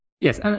Yes